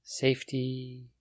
Safety